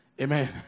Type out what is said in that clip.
Amen